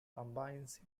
combines